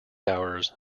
hours